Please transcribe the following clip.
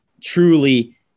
Truly